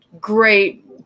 great